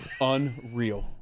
unreal